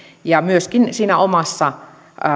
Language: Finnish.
myöskin siinä omassa